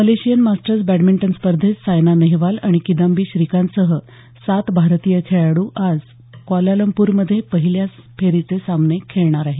Malaysian Masters badminton स्पर्धेत सायना नेहवाल आणि किदाम्बी श्रीकांतसह सात भारतीय खेळाड्र आज क्वालालंप्रमध्ये पहिल्या फेरीचे सामने खेळणार आहेत